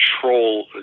control